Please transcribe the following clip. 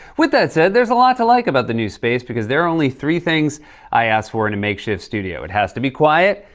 with that said, there's a lot to like about the new space, because there are only three things i ask for in and a makeshift studio. it has to be quiet,